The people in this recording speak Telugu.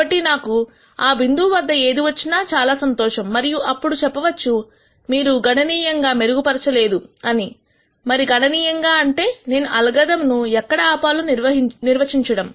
కాబట్టి నాకు ఆ బిందువు వద్ద ఏది వచ్చినా చాలా సంతోషం మరియు అప్పుడు చెప్పవచ్చు మీరు గణనీయంగా మెరుగుపరచు లేదు అని మరియు గణనీయం అంటే నేను అల్గోరిథం అను ఎక్కడ ఆపాలో నిర్వచించడం